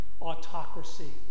autocracy